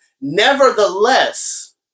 Nevertheless